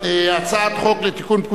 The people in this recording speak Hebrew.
אני קובע שהצעת חוק בתי-דין